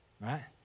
right